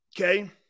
Okay